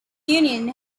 union